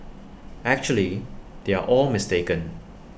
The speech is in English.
actually they are all mistaken